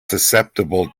susceptible